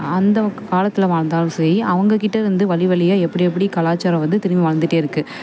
அந்த காலத்தில் வாழ்ந்தாலும் சரி அவங்கக் கிட்டே இருந்து வழி வழியா எப்படி எப்படி கலாச்சாரம் வந்து திரும்பி வளர்ந்துட்டே இருக்குது